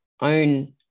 own